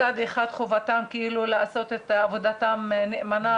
מצד אחד חובתם לעשות את עבודתם נאמנה